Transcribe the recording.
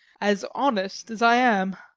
as honest as i am.